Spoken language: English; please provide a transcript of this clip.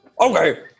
okay